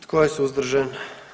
Tko je suzdržan?